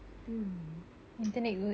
mm